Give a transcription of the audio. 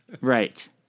Right